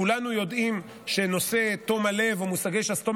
כולנו יודעים שנושא תום הלב ומושגי שסתום